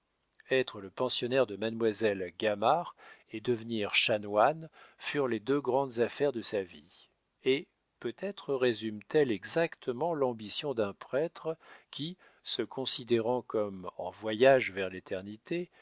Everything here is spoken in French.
être le pensionnaire de mademoiselle gamard et devenir chanoine furent les deux grandes affaires de sa vie et peut-être résument elles exactement l'ambition d'un prêtre qui se considérant comme en voyage vers l'éternité